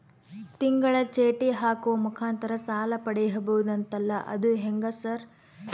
ತಿಂಗಳ ಚೇಟಿ ಹಾಕುವ ಮುಖಾಂತರ ಸಾಲ ಪಡಿಬಹುದಂತಲ ಅದು ಹೆಂಗ ಸರ್?